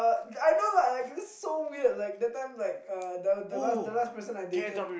I know lah this so weird like that time like uh the the last the last person I dated